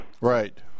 Right